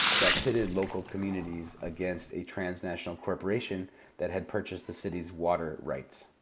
that pitted local communities against a transnational corporation that had purchased the city's water rights.